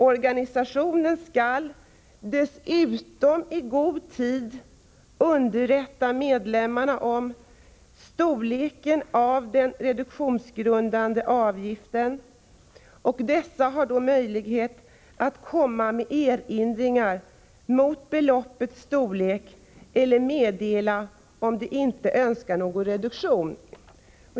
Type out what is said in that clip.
Organisationen skall dessutom i god tid underrätta medlemmarna om storleken av den reduktionsgrundande avgiften, och dessa har då möjlighet att komma med erinringar mot beloppets storlek eller att meddela om de inte önskar någon reduktion.